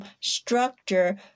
structure